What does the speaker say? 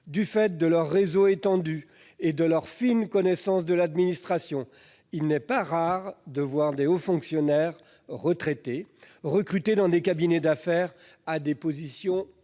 Du fait de leurs réseaux étendus et de leur fine connaissance de l'administration, il n'est pourtant pas rare de voir des hauts fonctionnaires retraités recrutés dans des cabinets d'affaires à des postes